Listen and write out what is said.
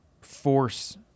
force